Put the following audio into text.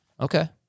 okay